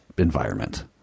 environment